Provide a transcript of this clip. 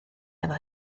hefo